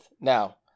now